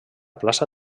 plaça